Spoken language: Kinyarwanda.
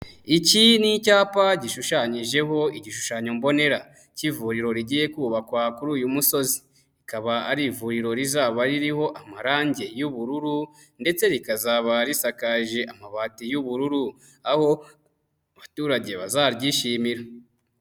Iki ni icyapa gishushanyijeho igishushanyo mbonera cy'ivuriro rigiye kubakwa kuri uyu musozi, rikaba ari ivuriro rizaba ririho amarange y'ubururu ndetse rikazaba risakaje amabati y'ubururu aho abaturage bazaryishimira.